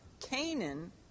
Canaan